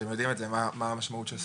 אתם יודעים מה המשמעות של הספורט.